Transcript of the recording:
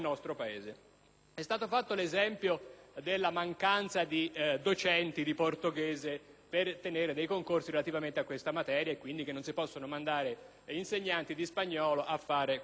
È stato portato l'esempio della mancanza di docenti di portoghese per tenere concorsi relativamente a questa materia e si è detto che non si possono mandare insegnanti di spagnolo a effettuare questo tipo di selezioni.